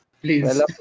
Please